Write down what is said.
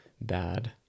bad